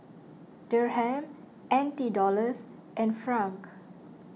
Dirham N T Dollars and Franc